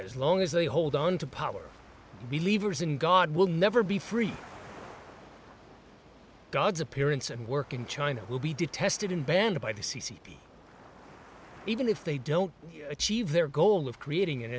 as long as they hold on to power believes in god will never be free god's appearance and work in china will be detested in band by the c c p even if they don't achieve their goal of creating an